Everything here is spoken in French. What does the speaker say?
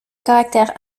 caractère